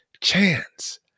chance